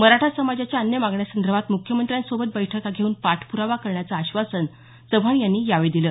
मराठा समाजाच्या अन्य मागण्यांसंदर्भात मुख्यमंत्र्यांसोबत बैठका घेऊन पाठपुरावा करण्याचं आश्वासन चव्हाण यांनी यावेळी दिलं